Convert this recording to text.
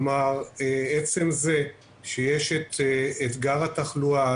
עצם זה שיש את אתגר התחלואה,